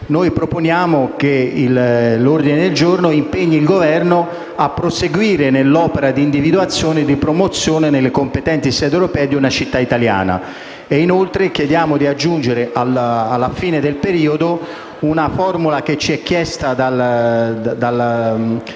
proponiamo che l'ordine del giorno impegni il Governo a proseguire nell'opera di individuazione e di promozione nelle competenti sedi europee di una città italiana. Infine, chiediamo di aggiungere, alla fine del periodo, una formula che ci è richiesta dal Ministero